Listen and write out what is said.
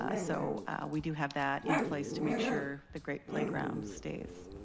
ah so we do have that in place to make sure the great playground stays.